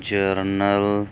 journal